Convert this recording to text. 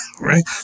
right